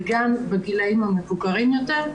וגם בגילאים המבוגרים יותר,